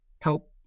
help